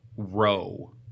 Row